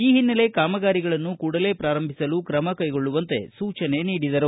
ಈ ಹಿನ್ನಲೆ ಕಾಮಗಾರಿಯನ್ನು ಕೂಡಲೇ ಪ್ರಾರಂಭಿಸಲು ಕ್ರಮ ಕೈಗೊಳ್ಳುವಂತೆ ಸೂಚನೆ ನೀಡಿದರು